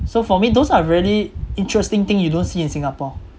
so for me those are really interesting thing you don't see in singapore